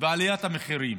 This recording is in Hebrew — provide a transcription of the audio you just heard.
ועליית המחירים,